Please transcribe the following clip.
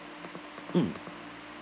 mm